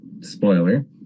spoiler